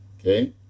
okay